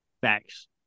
Facts